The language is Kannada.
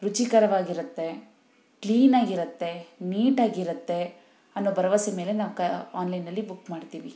ರುಚಿಕರವಾಗಿರುತ್ತೆ ಕ್ಲೀನಾಗಿರುತ್ತೆ ನೀಟಾಗಿರುತ್ತೆ ಅನ್ನೋ ಭರವಸೆ ಮೇಲೆ ನಾವು ಕ ಆನ್ಲೈನಲ್ಲಿ ಬುಕ್ ಮಾಡ್ತೀವಿ